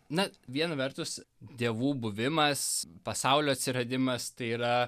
na viena vertus dievų buvimas pasaulio atsiradimas tai yra